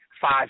five